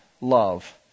love